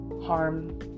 harm